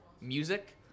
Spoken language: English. music